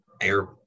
air